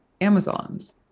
amazons